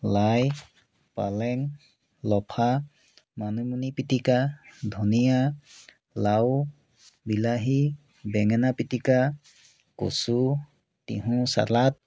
লাই পালেং লফা মানিমুনি পিটিকা ধনিয়া লাও বিলাহী বেঙেনা পিটিকা কচু টিহুঁ চালাড